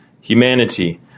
humanity